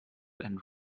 and